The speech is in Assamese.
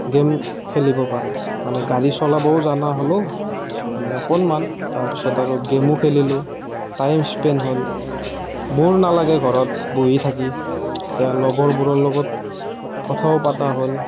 গেম খেলিব পাৰোঁ মানে গাড়ী চলাবও জনা হ'লোঁ মানে অকণমান তাৰপিছত আৰু গেমো খেলিলো টাইম স্পেণ্ড হ'ল ব'ৰ নালাগে ঘৰত বহি থাকি এতিয়া লগৰবোৰৰ লগত কথাও পতা হ'ল